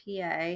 PA